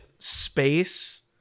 space